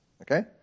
Okay